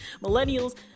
Millennials